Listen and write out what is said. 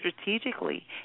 strategically